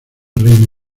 reina